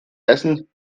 essen